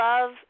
love